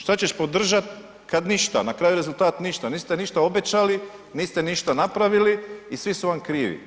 Šta ćeš podržat kad ništa, na kraju rezultat ništa, niste ništa obećali, niste ništa napravili i svi su vam krivi.